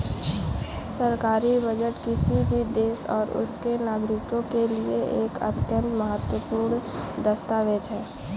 सरकारी बजट किसी भी देश और उसके नागरिकों के लिए एक अत्यंत महत्वपूर्ण दस्तावेज है